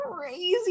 crazy